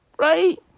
Right